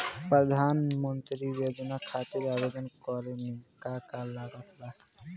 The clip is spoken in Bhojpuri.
प्रधानमंत्री योजना खातिर आवेदन करे मे का का लागत बा?